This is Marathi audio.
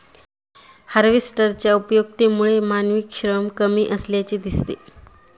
हार्वेस्टरच्या उपयुक्ततेमुळे मानवी श्रम कमी असल्याचे दिसते